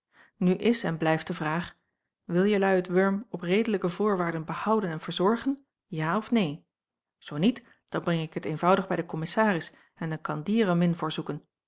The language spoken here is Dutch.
nu is en blijft de vraag wil jelui het wurm op redelijke voorwaarden behouden en verzorgen ja of neen zoo niet dan breng ik het eenvoudig bij den kommissaris en dan kan die er een min voor zoeken